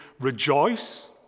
rejoice